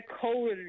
cold